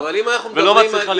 ולא מצליחה לגבות.